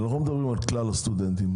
אנחנו לא מדברים על כלל הסטודנטים,